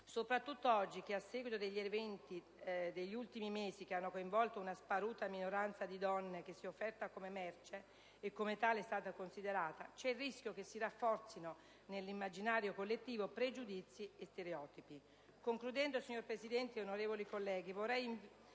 soprattutto oggi che, a seguito degli eventi degli ultimi mesi che hanno coinvolto una sparuta minoranza di donne che si è offerta come merce, e come tale è stata considerata, c'è il rischio che si rafforzino nell'immaginario collettivo pregiudizi e stereotipi. Concludendo, signora Presidente, onorevoli colleghi, vorrei invitarvi